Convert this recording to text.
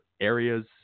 areas